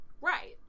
Right